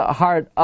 heart